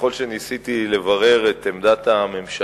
ככל שניסיתי לברר את עמדת הממשלה,